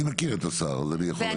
אני מכיר את השר אז אני יכול להגיד לך.